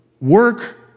Work